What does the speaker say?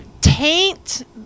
taint